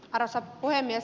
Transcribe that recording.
arvoisa puhemies